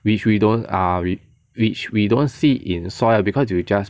which we don't ah which we don't see in soil because you just